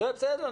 אוקיי, בסדר.